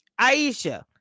Aisha